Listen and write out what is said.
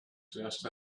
just